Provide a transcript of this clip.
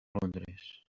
londres